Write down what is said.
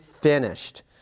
finished